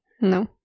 No